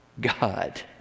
God